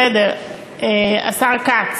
בסדר, השר כץ,